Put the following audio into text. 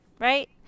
Right